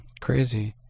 Crazy